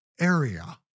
area